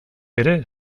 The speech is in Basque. ere